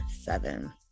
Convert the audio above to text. seven